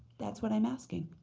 that's what i'm asking.